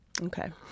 okay